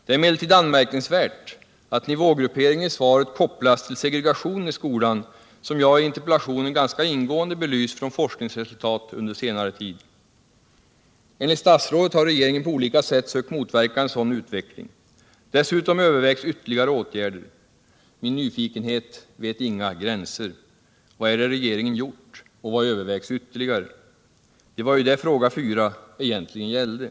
Det är emellertid anmärkningsvärt att nivågrupperingen i svaret kopplas till segregationen i skolan, som jag i interpellationen ganska ingående belyst med forskningsresultat under senare tid. Enligt statsrådet har regeringen på olika sätt sökt 135 motverka en sådan utveckling. Dessutom övervägs ytterligare åtgärder. Min nyfikenhet vet inga gränser: Vad är det regeringen gjort och vad övervägs ytterligare? Det var ju det fråga 4 egentligen gällde!